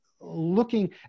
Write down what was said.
looking